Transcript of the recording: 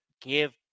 give